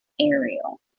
Ariel